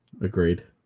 Agreed